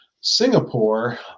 singapore